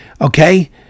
okay